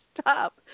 stop